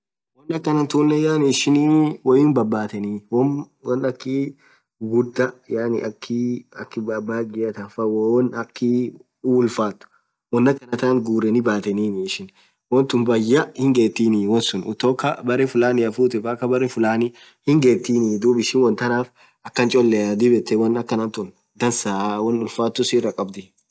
Wonn akhan tunen ishii woinn babatheni wonn akhii ghughurdha yaani babaghiafaa wonn ulfathu wonn akhanathan ghureni bathenini ishin wontun bayaa hingethi sunn kutoka berre fulania futhee paka bere fulani hii ghethinin dhub ishin wontanaf akhan choleaa dhib yethee wonn akhana tun dhansaaa wonn ulfathu siraah khabdhii